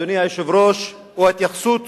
אדוני היושב-ראש, הוא ההתייחסות